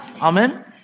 Amen